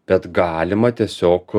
bet galima tiesiog